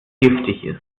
giftig